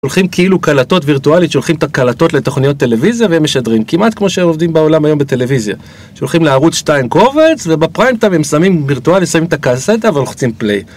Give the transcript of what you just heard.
הולכים כאילו קלטות וירטואלית שהולכים את הקלטות לתכניות טלוויזיה והם משדרים כמעט כמו שהם עובדים בעולם היום בטלוויזיה שהולכים לערוץ שתיים קובץ ובפריים הם שמים את הקאסטה ולוחצים פליי